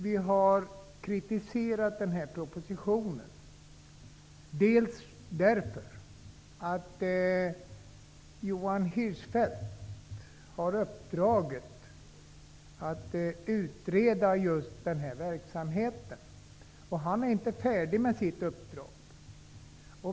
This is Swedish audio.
Vi har kritiserat propositionen bl.a. på grund av att Johan Hirschfeldt har uppdraget att utreda verksamheten och ännu inte är färdig med sitt uppdrag.